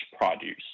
produce